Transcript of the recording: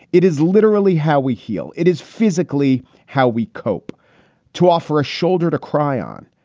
it is literally how we heal. it is physically how we cope to offer a shoulder, to cry on,